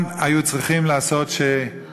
כבר מזמן היו צריכים לקבוע שעל